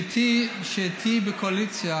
כשתהיי בקואליציה